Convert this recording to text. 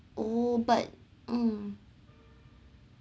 oh but um